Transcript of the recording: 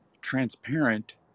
transparent